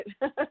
Right